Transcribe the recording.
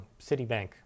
Citibank